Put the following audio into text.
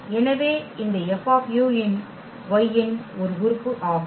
எனவே இந்த F Y இன் ஒரு உறுப்பு ஆகும்